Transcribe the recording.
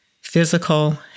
physical